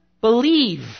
believe